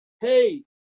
hey